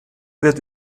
wird